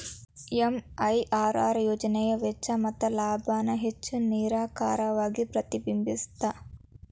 MIRR ಯೋಜನೆಯ ವೆಚ್ಚ ಮತ್ತ ಲಾಭಾನ ಹೆಚ್ಚ್ ನಿಖರವಾಗಿ ಪ್ರತಿಬಿಂಬಸ್ತ